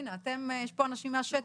הנה, אתם, יש פה אנשים מהשטח.